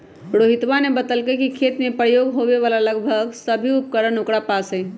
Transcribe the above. रोहितवा ने बतल कई कि खेत में प्रयोग होवे वाला लगभग सभी उपकरण ओकरा पास हई